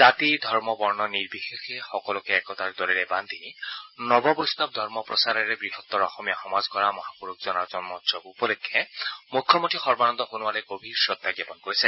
জাতি ধৰ্ম বৰ্ণ নিৰ্বিশেষে সকলোকে একতাৰ ডোলেৰে বাদ্ধি নৱবৈষ্ণৱ ধৰ্ম প্ৰচাৰেৰে বৃহত্তৰ অসমীয়া সমাজ গঢ়া মহাপুৰুষজনাৰ জন্মোৎসৱ উপলক্ষে মুখ্যমন্ত্ৰী সৰ্বানন্দ সোণোৱালে গভীৰ শ্ৰদ্ধা জ্ঞাপন কৰিছে